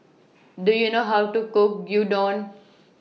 Do YOU know How to Cook Gyudon